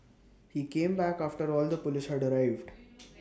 he came back after all the Police had arrived